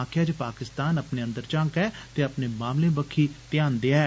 आक्खेया जे पाकिस्तान अपने अंदर झांकै ते अपने मामलें बक्खी ध्यान दे ऐ